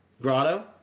Grotto